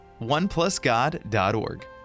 Oneplusgod.org